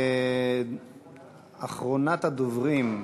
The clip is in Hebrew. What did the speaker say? אחרונת הדוברים,